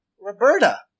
Roberta